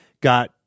got